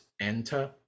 enter